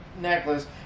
necklace